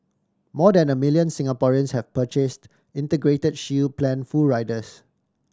more than the million Singaporeans have purchased Integrated Shield Plan full riders